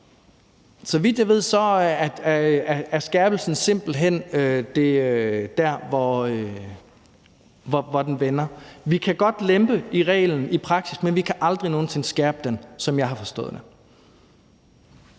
Så vidt jeg ved, er skærpelsen simpelt hen der, hvor det vender. Vi kan godt lempe på reglen i praksis, men vi kan aldrig nogen sinde skærpe den, som jeg har forstået det.